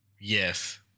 yes